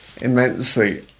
immensely